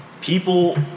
People